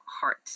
heart